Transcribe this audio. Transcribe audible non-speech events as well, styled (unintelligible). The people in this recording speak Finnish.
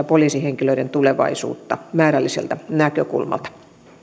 (unintelligible) poliisihenkilöiden tulevaisuutta määrällisestä näkökulmasta